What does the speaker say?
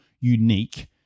unique